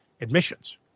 admissions